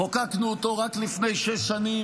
חוקקנו אותו רק לפני שש שנים.